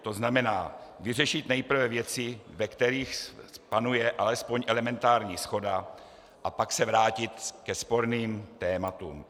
To znamená, vyřešit nejprve věci, ve kterých panuje alespoň elementární shoda, a pak se vrátit ke sporným tématům.